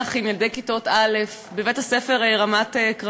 ולשוחח עם ילדי כיתות א' בבית-הספר רמת-כרמים.